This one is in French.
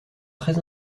très